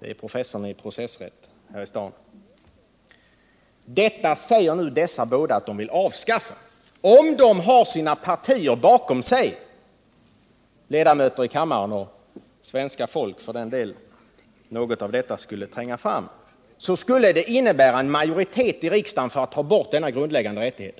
det är professorn i processrätt här i staden. Men detta värn säger nu dessa båda talare att de vill avskaffa. Om de har sina partier bakom sig skulle det innebära en majoritet i riksdagen för att ta bort denna grundläggande rättighet.